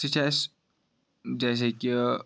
سُہ چھُ اَسہِ جیسے کہِ